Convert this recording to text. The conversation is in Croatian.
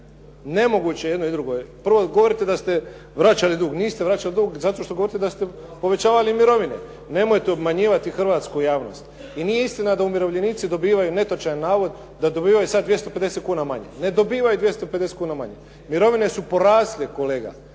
Nemoguće je jedno i drugo. Prvo govorite da ste vraćali dug, niste vraćali dug zato što govorite da ste povećavali mirovine. Nemojte obmanjivati hrvatsku javnost. I nije istina da umirovljenici dobivaju netočan navod, da dobivaju sada 250 kuna manje. Ne dobivaju 250 kuna manje. Mirovine su porasle kolega.